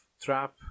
trap